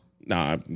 Nah